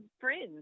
friends